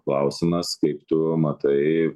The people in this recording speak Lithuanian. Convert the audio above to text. klausimas kaip tu matai